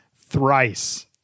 thrice